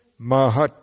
mahat